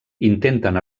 intenten